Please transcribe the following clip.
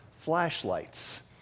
flashlights